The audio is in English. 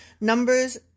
numbers